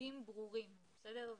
ייעודים ברורים, בסדר?